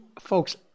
folks